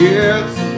Yes